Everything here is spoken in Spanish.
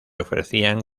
ofrecían